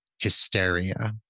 hysteria